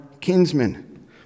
kinsmen